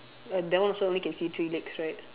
err that one also only can see three legs right